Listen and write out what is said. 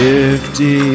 Fifty